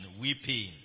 Weeping